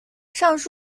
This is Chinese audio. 上述